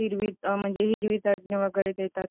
हिरवी म्हणजे हिरवी चटणी वगैरे देतात